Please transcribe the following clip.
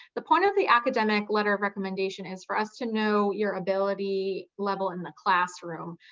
the point of the academic letter of recommendation is for us to know your ability level in the classroom.